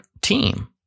team